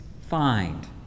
find